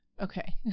Okay